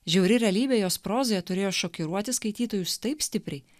žiauri realybė jos prozoje turėjo šokiruoti skaitytojus taip stipriai